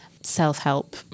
self-help